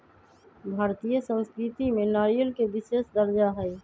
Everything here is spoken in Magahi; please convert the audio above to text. भारतीय संस्कृति में नारियल के विशेष दर्जा हई